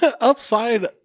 Upside